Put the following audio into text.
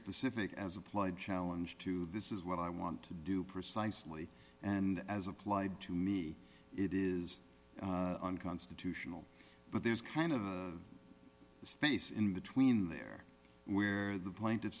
specific as applied challenge to this is what i want to do precisely and as applied to me it is unconstitutional but there's kind of a space in between there where the p